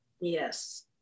Yes